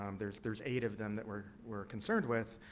um there's there's eight of them that we're we're concerned with.